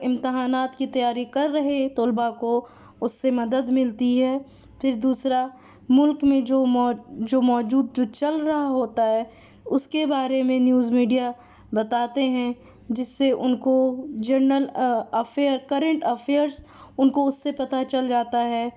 امتحانات کی تیاری کر رہے طلباء کو اس سے مدد ملتی ہے پھر دوسرا ملک میں جو جو موجود جو چل رہا ہوتا ہے اس کے بارے میں نیوز میڈیا بتاتے ہیں جس سے ان کو جنرل افیئر کرنٹ افیئرس ان کو اس سے پتہ چل جاتا ہے